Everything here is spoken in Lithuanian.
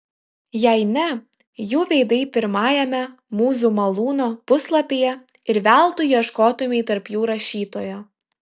jei ne jų veidai pirmajame mūzų malūno puslapyje ir veltui ieškotumei tarp jų rašytojo